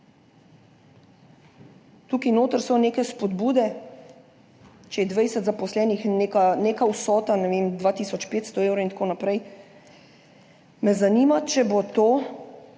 Tukaj noter so neke spodbude; če je 20 zaposlenih, je neka vsota2 tisoč 500 evrov in tako naprej. Me zanima, če bo to